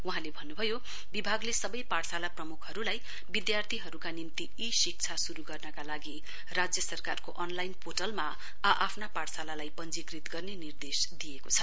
वहाँले भन्नुभयो विभागले सबै पाठशाला प्रमुखहरूलाई विद्यार्थीहरूका निम्ति इ शिक्षा शुरू गर्नका लागि राज्य सरकारको अनलाइन पोर्टलमा आ आफ्ना पाठशालालाई पञ्जीकृत गर्ने निर्देश दिएको छ